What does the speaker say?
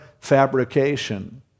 fabrication